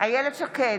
איילת שקד,